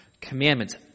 commandments